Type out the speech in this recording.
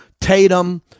Tatum